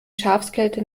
schafskälte